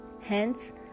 hence